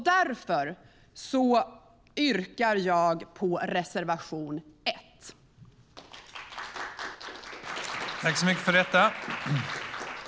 Därför yrkar jag bifall till reservation 1.